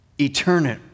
eternal